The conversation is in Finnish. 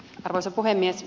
arvoisa puhemies